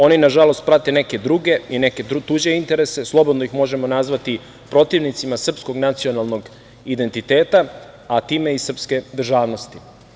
Oni nažalost prate neke druge i neke tuđe interese, slobodno ih možemo nazvati protivnicima srpskog nacionalnog identiteta, a time i srpske državnosti.